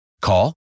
Call